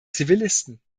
zivilisten